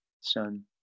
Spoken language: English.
Son